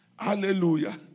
Hallelujah